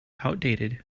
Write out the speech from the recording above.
outdated